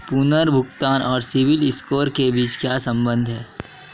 पुनर्भुगतान और सिबिल स्कोर के बीच क्या संबंध है?